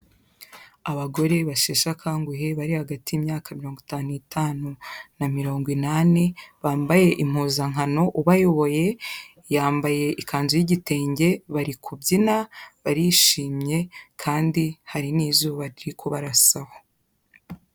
Abagore basheshe akanguhe bari hagati y'imyaka mirongo itanu n'itanu na mirongo inani bambaye impuzankano, ubayoboye yambaye ikanzu y'igitenge, bari kubyina, barishimye kandi hari n'izuba riri kubarasaho.